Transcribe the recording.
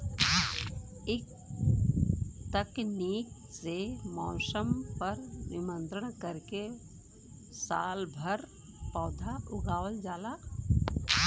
इ तकनीक से मौसम पर नियंत्रण करके सालभर पौधा उगावल जाला